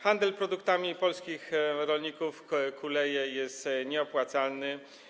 Handel produktami polskich rolników kuleje i jest nieopłacalny.